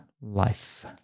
life